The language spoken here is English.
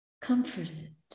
comforted